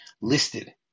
listed